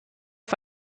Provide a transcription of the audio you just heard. auf